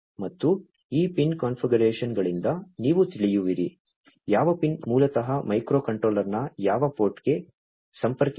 ಮತ್ತು ಈ ಪಿನ್ ಕಾನ್ಫಿಗರೇಶನ್ಗಳಿಂದ ನೀವು ತಿಳಿಯುವಿರಿ ಯಾವ ಪಿನ್ ಮೂಲತಃ ಮೈಕ್ರೋಕಂಟ್ರೋಲರ್ನ ಯಾವ ಪೋರ್ಟ್ಗೆ ಸಂಪರ್ಕಿಸುತ್ತದೆ